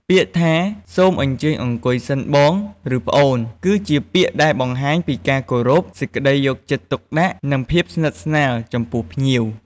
ពាក្យថា "សូមអញ្ជើញអង្គុយសិន បង ឬ ប្អូន" គឺជាពាក្យដែលបង្ហាញពីការគោរព សេចក្ដីយកចិត្តទុកដាក់ និងភាពស្និទ្ធស្នាលចំពោះភ្ញៀវ។